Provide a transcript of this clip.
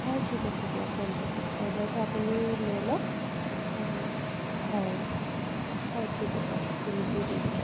হয় ঠিক আছে দিয়ক তেন্তে অৰ্ডাৰটো আপুনি লৈ লওঁক হয় হয় ঠিক আছে ডেলিভাৰী দি দিব